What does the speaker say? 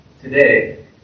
today